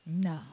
No